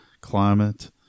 climate